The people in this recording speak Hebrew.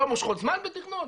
לא מושכות זמן בתכנון?